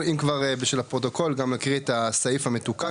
אם כבר בשביל הפרוטוקול גם נקריא את הסעיף המתוקן,